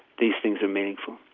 these things are meaningful.